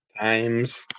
times